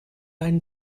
einen